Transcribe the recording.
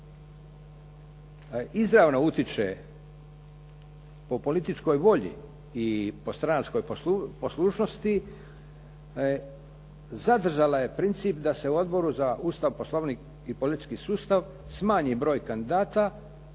izravno utječe po političkoj volji i po stranačkoj poslušnosti zadržala je princip da se u Odboru za Ustav, Poslovnik i politički sustav smanji broj kandidata